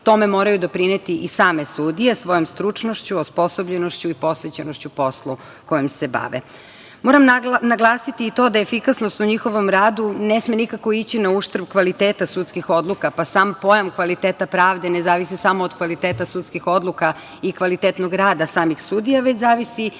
tome moraju doprineti i same sudije, svojom stručnošću, osposobljenošću i posvećenošću poslu kojim se bave. Moram naglasiti i to da efikasnost u njihovom radu ne sme nikako ići na uštrb kvaliteta sudskih odluka, pa sam pojam kvaliteta pravde ne zavisi samo od kvaliteta sudskih odluka i kvalitetnog rada samih sudija, već zavisi i